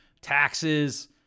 taxes